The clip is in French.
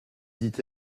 dit